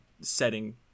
setting